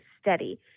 steady